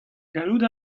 gallout